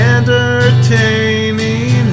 Entertaining